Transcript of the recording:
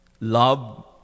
Love